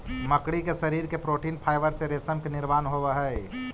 मकड़ी के शरीर के प्रोटीन फाइवर से रेशम के निर्माण होवऽ हई